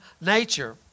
nature